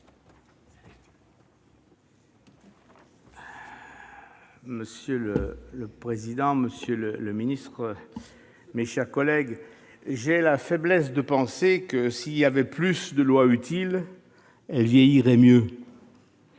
Monsieur le président, monsieur le secrétaire d'État, mes chers collègues, j'ai la faiblesse de penser que, s'il y avait plus de lois utiles, elles vieilliraient mieux